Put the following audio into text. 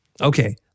Okay